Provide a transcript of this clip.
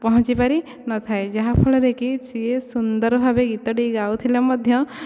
ପହଁଞ୍ଚି ପାରିନଥାଏ ଯାହାଫଳରେ କି ସିଏ ସୁନ୍ଦର ଭାବେ ଗୀତ ଟି ଗାଉଥିଲେ ମଧ୍ୟ